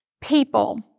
people